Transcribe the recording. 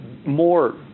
more